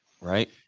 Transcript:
Right